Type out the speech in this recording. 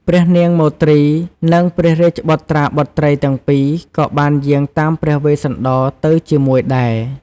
ព្រះនាងមទ្រី និងព្រះរាជបុត្រាបុត្រីទាំងពីរ ក៏បានយាងតាមព្រះវេស្សន្តរទៅជាមួយដែរ។